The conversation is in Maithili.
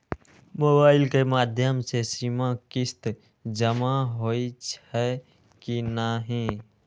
मोबाइल के माध्यम से सीमा किस्त जमा होई छै कि नहिं?